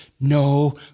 no